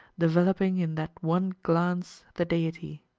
developing in that one glance the deity.